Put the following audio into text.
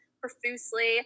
profusely